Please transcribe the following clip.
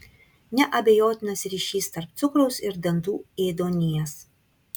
neabejotinas ryšys tarp cukraus ir dantų ėduonies